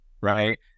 right